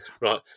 right